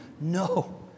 No